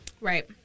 Right